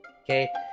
Okay